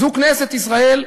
זו כנסת ישראל.